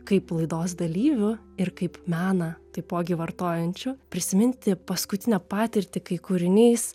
kaip laidos dalyvių ir kaip meną taipogi vartojančių prisiminti paskutinę patirtį kai kūrinys